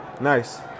Nice